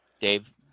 Dave